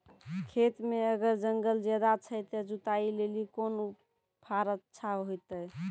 खेत मे अगर जंगल ज्यादा छै ते जुताई लेली कोंन फार अच्छा होइतै?